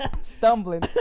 stumbling